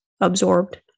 absorbed